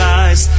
eyes